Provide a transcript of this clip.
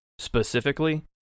Specifically